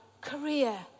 career